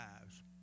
lives